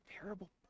terrible